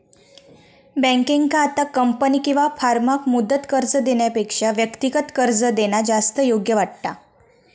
बँकेंका आता कंपनी किंवा फर्माक मुदत कर्ज देण्यापेक्षा व्यक्तिगत कर्ज देणा जास्त योग्य वाटता